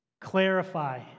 Clarify